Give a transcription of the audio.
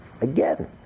again